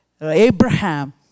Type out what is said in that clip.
Abraham